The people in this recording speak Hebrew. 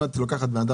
אם את לוקחת אדם